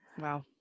Wow